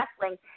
wrestling